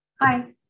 Hi